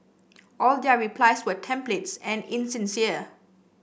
all their replies were templates and insincere